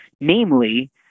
Namely